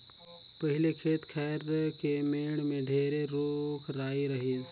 पहिले खेत खायर के मेड़ में ढेरे रूख राई रहिस